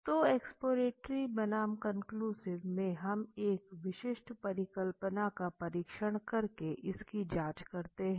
तो एक्सप्लोरेटरी बनाम कन्क्लूसिव में हम एक विशिष्ट परिकल्पना का परीक्षण करके इसकी जांच करते हैं